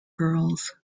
girls